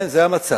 כן, זה המצב.